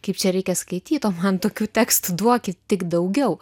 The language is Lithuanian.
kaip čia reikia skaityt o man tokių tekstų duokit tik daugiau